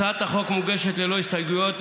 הצעת החוק מוגשת ללא הסתייגויות,